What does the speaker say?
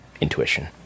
intuition